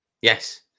Yes